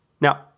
Now